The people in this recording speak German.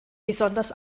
besonders